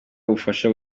ubufasha